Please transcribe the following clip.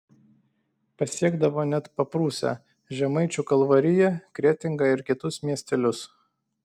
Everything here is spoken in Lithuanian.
pasiekdavo net paprūsę žemaičių kalvariją kretingą ir kitus miestelius